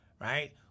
right